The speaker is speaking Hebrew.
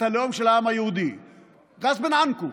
הלאום של העם היהודי (אומר בערבית ומתרגם:)